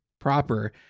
proper